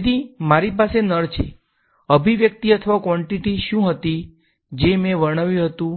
તેથી મારી પાસે નળ છે અભિવ્યક્તિ અથવા ક્વોંટીટી શું હતી જે મેં વર્ણવ્યું હતું